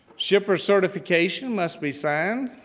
shipper certification must be signed,